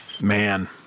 Man